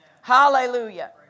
Hallelujah